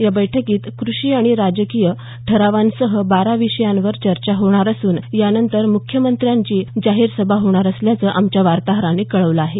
या बैठकीत कृषी आणि राज्यकीय ठरावांसह बारा विषयांवर चर्चा होणार असून त्यानंतर मुख्यमंत्र्यांची जाहीर सभा होणार असल्याचं आमच्या वार्ताहरानं कळवलं आहे